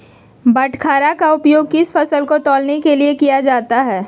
बाटखरा का उपयोग किस फसल को तौलने में किया जाता है?